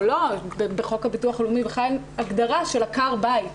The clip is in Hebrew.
של עקר הבית,